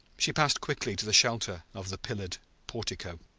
she passed quickly to the shelter of the pillared portico.